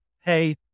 hey